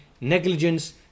negligence